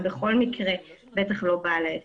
בכל מקרה בטח לא בעל העסק.